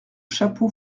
chapeau